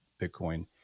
Bitcoin